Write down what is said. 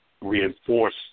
reinforce